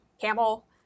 camel